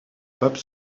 papes